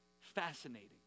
fascinating